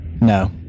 No